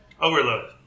Overload